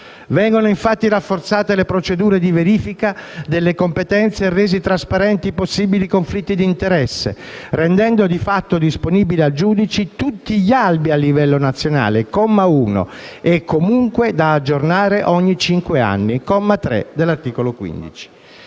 Vengono, infatti, rafforzate le procedure di verifica delle competenze e resi trasparenti i possibili conflitti d'interesse rendendo di fatto disponibili al giudice tutti gli albi presenti a livello nazionale (comma 1) e da aggiornare ogni cinque anni (comma 3). Una modifica